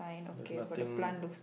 there's nothing